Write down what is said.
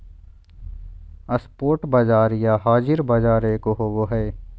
spot बाजार या हाज़िर बाजार एक होबो हइ